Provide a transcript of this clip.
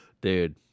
dude